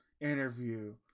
interview